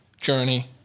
journey